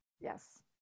Yes